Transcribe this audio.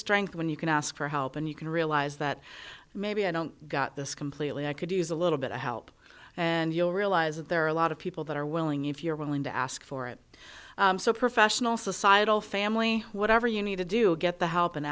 strength when you can ask for help and you can realize that maybe i don't got this completely i could use a little bit of help and you'll realize that there a lot of people that are willing if you're willing to ask for it so professional societal family whatever you need to do to get the help and